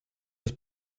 des